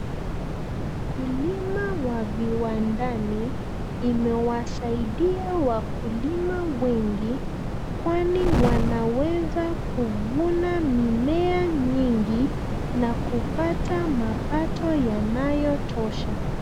Ukulima wa viwandani imewasaidia wakulima wengi kwani wanweza kuvuna mimea mingi na kupata mapato yanayotosha.